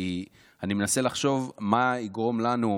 כי אני מנסה לחשוב מה יגרום לנו,